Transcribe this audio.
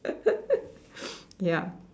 ya